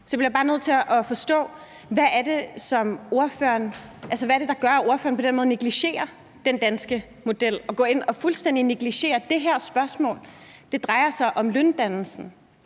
Så bliver jeg bare nødt til at forstå, hvad det er, der gør, at ordføreren på den måde negligerer den danske model og går ind og fuldstændig negligerer det her spørgsmål. Det drejer sig om løndannelsen.